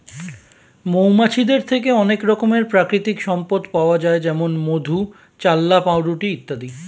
মৌমাছিদের থেকে অনেক রকমের প্রাকৃতিক সম্পদ পাওয়া যায় যেমন মধু, চাল্লাহ্ পাউরুটি ইত্যাদি